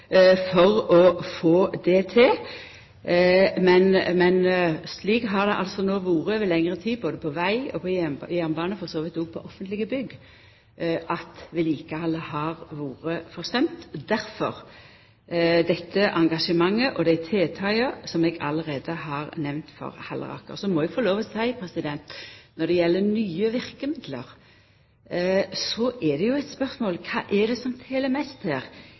for å få det til. Men slik har det altså no vore over lengre tid både på veg og på jernbane og for så vidt òg på offentlege bygg, at vedlikehaldet har vore forsømt – difor dette engasjementet og dei tiltaka som eg allereie har nemnt for Halleraker. Og så må eg få lov til å seia at når det gjeld nye verkemiddel, kan ein jo spørja: Kva er det som tel mest her?